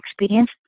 experience